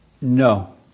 No